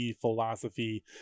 Philosophy